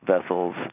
vessels